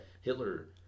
Hitler